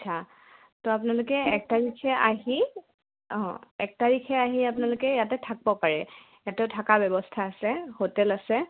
আচ্ছা ত' আপোনালোকে এক তাৰিখে আহি অঁ এক তাৰিখে আহি আপোনালোকে ইয়াতে থাকিব পাৰে ইয়াতে থকা ব্যৱস্থা আছে হোটেল আছে